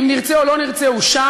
אם נרצה או לא נרצה הוא שם,